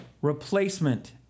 replacement